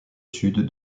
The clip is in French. sud